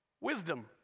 Wisdom